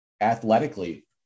athletically